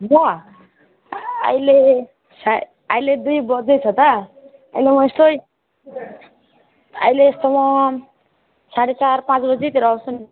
ल अहिले अहिले दुई बज्दैछ त अहिले म यस्तै अहिले यस्तो म साढे चार पाँच बजेतिर आउँछु नि